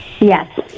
Yes